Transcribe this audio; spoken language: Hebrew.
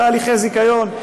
אלא הליכי זיכיון,